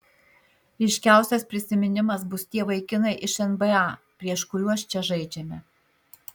ryškiausias prisiminimas bus tie vaikinai iš nba prieš kuriuos čia žaidžiame